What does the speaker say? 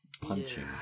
Punching